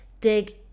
dig